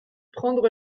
prendre